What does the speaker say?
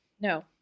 No